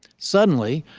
suddenly,